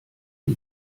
die